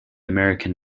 american